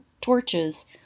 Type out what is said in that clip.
torches